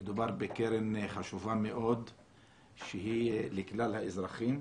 מדובר בקרן חשובה מאוד לכלל האזרחים,